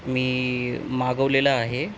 मी मागवलेलं आहे